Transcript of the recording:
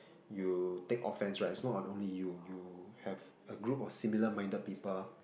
you take offence right it's not only you you have a group of similar minded people